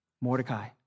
Mordecai